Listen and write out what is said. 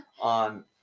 on